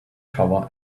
cover